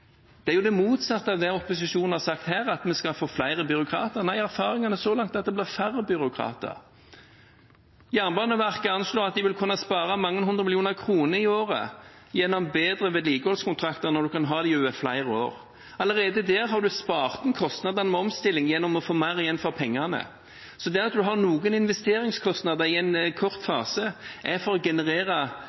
det er jo det motsatte av det opposisjonen har sagt her, at vi skal få flere byråkrater. Nei, erfaringene så langt er at det blir færre byråkrater. Jernbaneverket anslo at de ville kunne spare mange hundre millioner kroner i året gjennom bedre vedlikeholdskontrakter, når man kan ha dem over flere år. Allerede der har man spart inn kostnadene med omstilling gjennom å få mer igjen for pengene. Der man har noen investeringskostnader i en kort fase, er det for å generere